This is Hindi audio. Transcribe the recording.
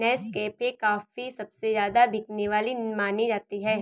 नेस्कैफ़े कॉफी सबसे ज्यादा बिकने वाली मानी जाती है